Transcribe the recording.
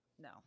No